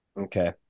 Okay